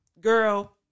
girl